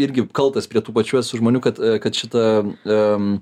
irgi kaltas prie tų pačių esu žmonių kad kad šitą em